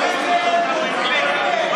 תעשה מה שאתה רוצה.